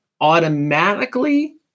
automatically